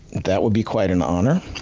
that would be quite an honor.